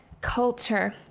culture